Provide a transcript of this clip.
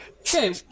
Okay